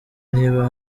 niba